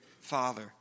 Father